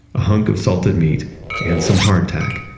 a hunk of salted meat and some hardtack,